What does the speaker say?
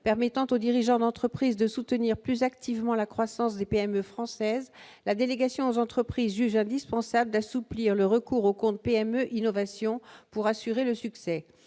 permettant aux dirigeants d'entreprises, de soutenir plus activement la croissance des PME françaises, la délégation aux entreprises juge indispensable d'assouplir le recours au compte PME Innovation pour assurer le succès